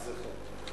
לזיכרון.